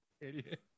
Idiot